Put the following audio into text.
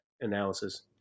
analysis